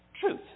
truth